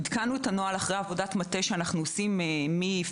עדכנו את הנוהל אחרי עבודה מטה שערכנו יחד עם העדה מאז